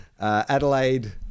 Adelaide